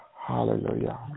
Hallelujah